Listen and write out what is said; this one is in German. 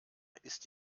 ist